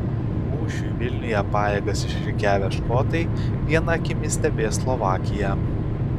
mūšiui vilniuje pajėgas išrikiavę škotai viena akimi stebės slovakiją